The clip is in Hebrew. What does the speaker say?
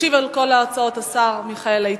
הצעות לסדר-היום שמספרן 4195,